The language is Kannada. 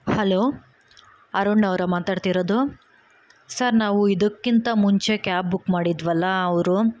ಹಲೋ ಅರುಣ್ ಅವರ ಮಾತಾಡ್ತಿರೋದು ಸರ್ ನಾವು ಇದಕ್ಕಿಂತ ಮುಂಚೆ ಕ್ಯಾಬ್ ಬುಕ್ ಮಾಡಿದ್ವಲ್ಲ ಅವರು